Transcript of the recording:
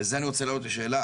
וזה אני רוצה להעלות כשאלה